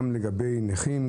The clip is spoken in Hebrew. גם לגבי נכים,